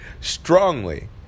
strongly